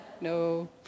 no